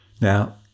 Now